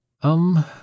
Um